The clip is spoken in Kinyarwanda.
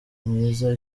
myiza